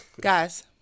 guys